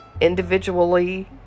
individually